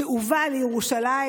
שאובה לירושלים,